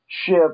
ship